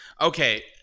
Okay